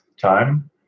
time